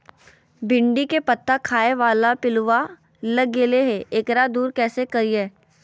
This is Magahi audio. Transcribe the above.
भिंडी के पत्ता खाए बाला पिलुवा लग गेलै हैं, एकरा दूर कैसे करियय?